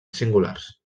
singulars